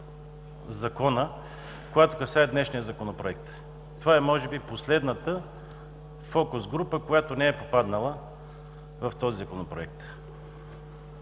част, която касае днешния Законопроект. Това е може би последната група, която не е попаднала в този Законопроект.